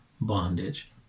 bondage